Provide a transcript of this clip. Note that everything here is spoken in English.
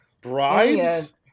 Bribes